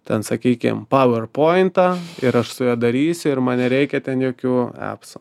ten sakykim pauerpiontą ir aš su juo darysiu ir man nereikia ten jokių apsų